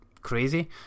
crazy